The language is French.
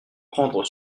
prendre